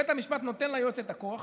בית המשפט נותן ליועץ את הכוח.